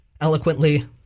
eloquently